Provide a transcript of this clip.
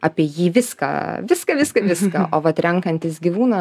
apie jį viską viską viską viską o vat renkantis gyvūną